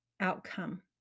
outcome